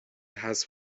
حذف